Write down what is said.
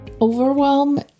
Overwhelm